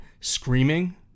screaming